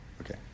Okay